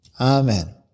Amen